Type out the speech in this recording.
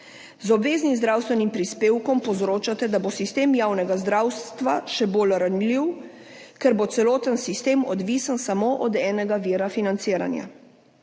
Z obveznim zdravstvenim prispevkom povzročate, da bo sistem javnega zdravstva še bolj ranljiv, ker bo celoten sistem odvisen samo od enega vira financiranja.